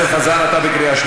חבר הכנסת חזן, אתה בקריאה שנייה.